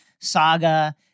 Saga